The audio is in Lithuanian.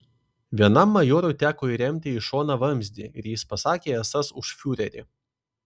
vienam majorui teko įremti į šoną vamzdį ir jis pasakė esąs už fiurerį